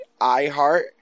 iheart